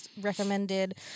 recommended